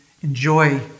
enjoy